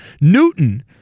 Newton